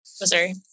Missouri